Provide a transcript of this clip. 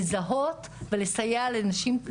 לזהות ולסייע לנשים,